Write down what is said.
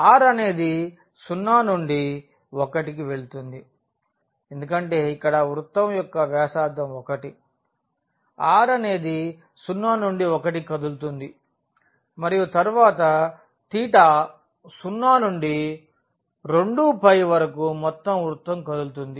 Rఅనేది 0 నుండి 1 కి వెళుతుంది ఎందుకంటే ఇక్కడ వృత్తం యొక్క వ్యాసార్థం 1 r అనేది 0 నుండి 1కి కదులుతుంది మరియు తరువాత తీటా 0 నుండి 2π వరకు మొత్తం వృత్తం కదులుతుంది